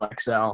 xl